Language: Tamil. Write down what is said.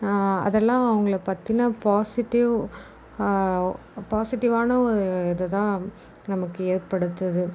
அதெல்லாம் அவங்கள பற்றின பாசிட்டிவ் பாசிட்டிவான ஒரு இதுதான் நமக்கு ஏற்படுத்துது